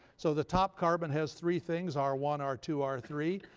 so the top carbon has three things, r one, r two, r three.